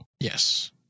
Yes